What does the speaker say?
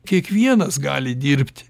kiekvienas gali dirbti